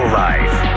life